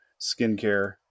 skincare